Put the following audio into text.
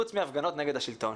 חוץ מהפגנות נגד השלטון,